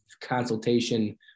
consultation